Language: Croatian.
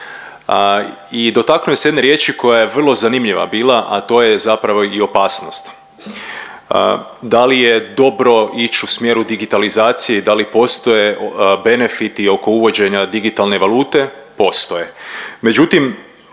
i dotaknuo se jedne riječi koja je vrlo zanimljiva bila, a to je zapravo i opasnost. Da li je dobro ić u smjeru digitalizacije i da li postoje benefiti oko uvođenja digitalne valute? Postoje.